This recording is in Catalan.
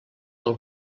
del